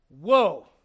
whoa